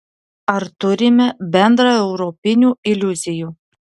ar turime bendraeuropinių iliuzijų